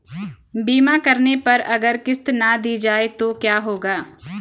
बीमा करने पर अगर किश्त ना दी जाये तो क्या होगा?